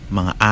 mga